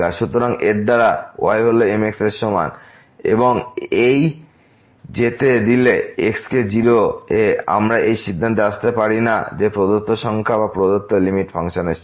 সুতরাং এর দ্বারা y হল mx এর সমান এবং এই যেতে দিলে x কে 0 এআমরা এই সিদ্ধান্তে আসতে পারি না যে প্রদত্ত সংখ্যা বা প্রদত্ত লিমিট ফাংশনের সীমা